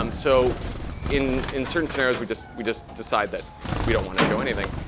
um so in in certain scenarios, we just we just decide that we don't want to show anything.